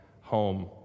home